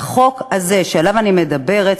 והחוק הזה שעליו אני מדברת,